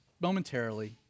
momentarily